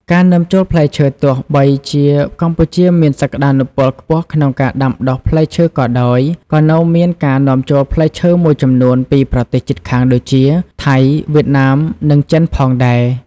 ការនាំចូលផ្លែឈើទោះបីជាកម្ពុជាមានសក្តានុពលខ្ពស់ក្នុងការដាំដុះផ្លែឈើក៏ដោយ ក៏នៅមានការនាំចូលផ្លែឈើមួយចំនួនពីប្រទេសជិតខាងដូចជា ថៃ វៀតណាម និង ចិន ផងដែរ។